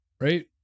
right